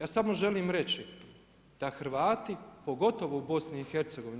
Ja samo želim reći da Hrvati, pogotovo u BIH,